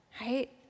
Right